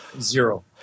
zero